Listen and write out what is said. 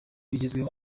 igezweho